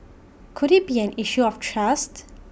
could IT be an issue of trust